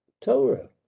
Torah